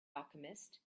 alchemist